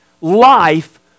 life